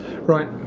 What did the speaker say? Right